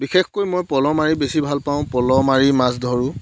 বিশেষকৈ মই পলহ মাৰি বেছি ভাল পাওঁ পলহ মাৰি মাছ ধৰোঁ